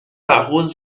arroz